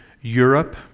Europe